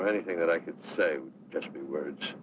of anything that i could say just the words